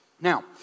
Now